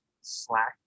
Slack